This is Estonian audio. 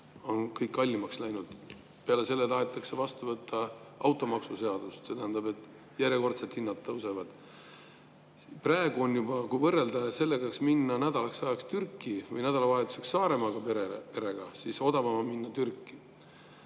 tõusis, kallimaks läinud. Peale selle tahetakse vastu võtta automaksuseadus, mis tähendab, et järjekordselt hinnad tõusevad. Praegu on juba nii, et kui võrrelda, kas minna perega nädalaks ajaks Türki või nädalavahetuseks Saaremaale, siis odavam on minna Türki.